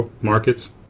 markets